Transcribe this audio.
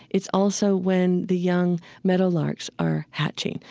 it's also when the young meadowlarks are hatching.